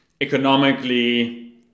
economically